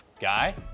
guy